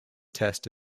test